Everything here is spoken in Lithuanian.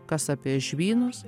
kas apie žvynus